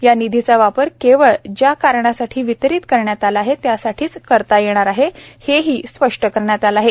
या निधीचा वापर केवळ ज्या कारणासाठी वितरित करण्यात आला आहे त्यासाठीच करता येणार आहे हे ही स्पष्ट करण्यात आले आहे